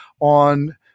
on